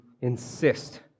insist